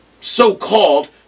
so-called